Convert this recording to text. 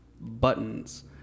Buttons